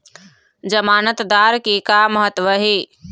जमानतदार के का महत्व हे?